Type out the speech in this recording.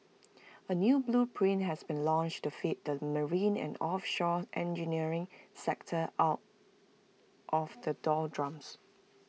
A new blueprint has been launched to lift the marine and offshore engineering sector out of the doldrums